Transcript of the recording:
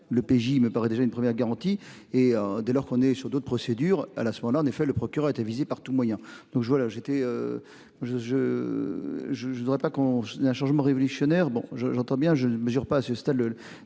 le PJ me paraît déjà une première garantie et dès lors qu'on est sur d'autres procédures à l'à ce moment-là en effet, le procureur a été visé par tout moyen donc je vois là j'étais. Je je. Je, je ne voudrais pas qu'on n'ait un changement révolutionnaire, bon je, j'entends bien, je ne mesure pas à ce stade